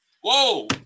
Whoa